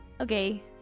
Okay